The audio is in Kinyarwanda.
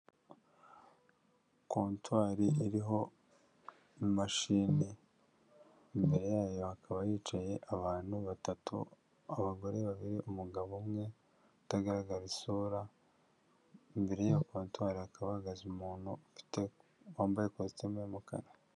Kotwari riho imashini, imbere yayo hakaba hicaye abantu batatu, abagore babiri, umugabo umwe utagaragara isura, imbere ya kotwari hakaba hahagaze umuntu wambaye ikositimu y'umukara.